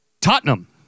Tottenham